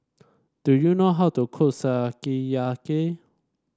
do you know how to cook Sukiyaki